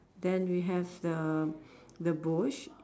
then we have the the bush